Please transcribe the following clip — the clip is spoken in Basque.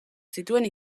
zituen